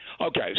Okay